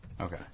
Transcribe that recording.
Okay